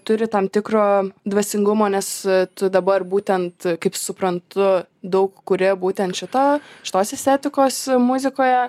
turi tam tikro dvasingumo nes tu dabar būtent kaip suprantu daug kuri būtent šitą šitos estetikos muzikoje